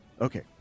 Okay